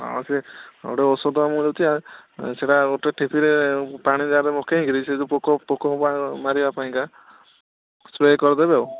ହଁ ସେ ଗୋଟେ ଔଷଧ ମୁଁ ଦେଉଛି ସେଟା ଗୋଟେ ଠିପିରେ ପାଣିରେ ଆଗ ପକାଇ କରି ସେ ଯେଉଁ ପୋକ ପୋକ ମାରିବା ପାଇଁକା ସ୍ପ୍ରେ କରିଦେବେ ଆଉ